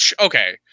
okay